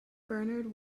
bernhard